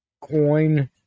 coin